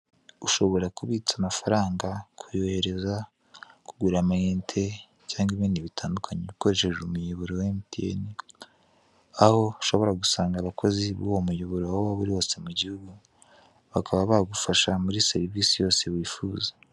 Ushobora kubitsa amafaranga, kuyohereza, kugura amayinite, cyangwa ibindi bitandukanye ukoresheje umuyooro wa emutiyene, aho ushobora gusanga abakozi b'uwo mu yonboro aho waba uri hose mu gihugu bakaba bagufasha muri serivise yose wifuza.